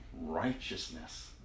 righteousness